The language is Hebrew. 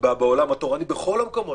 בעולם התורני בכל המקומות.